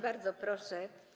Bardzo proszę.